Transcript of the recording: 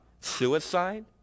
suicide